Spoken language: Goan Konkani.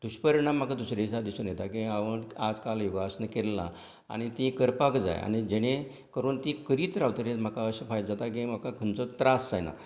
दुश्परिणाम म्हाका दुसरें दिसाक दिसून येता की हांवेन आज काल योगासन केल्ले ना आनी ती करपाक जाय आनी जेणे करून ती करीत रावतलीं आनी म्हाका अशें फायदे जाता की म्हाका खंयचोच त्रास जायना